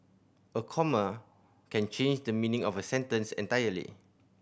a comma can change the meaning of a sentence entirely